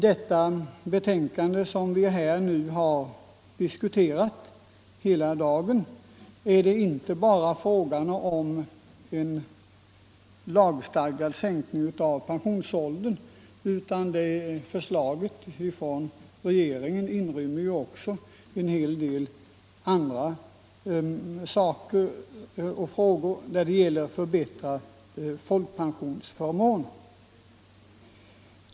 Det betänkande som vi här har diskuterat hela dagen upptar inte bara frågan om en lagstadgad sänkning av pensionsåldern, utan förslaget från regeringen inrymmer också en hel del andra frågor som tar sikte på att förbättra folkpensionsförmånerna.